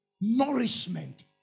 nourishment